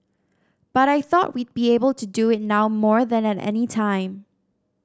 but I thought we'd be able to do it now more than at any time